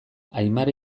aimara